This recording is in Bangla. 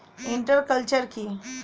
ইন্টার কালচার কি?